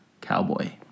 Cowboy